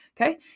okay